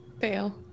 fail